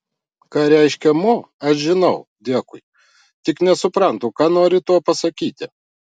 ką reiškia mo aš žinau dėkui tik nesuprantu ką nori tuo pasakyti